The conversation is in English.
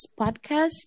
podcast